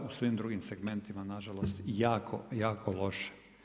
U svim drugim segmentima nažalost, jako jako loše.